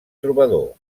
trobador